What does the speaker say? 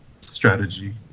strategy